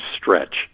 stretch